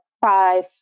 five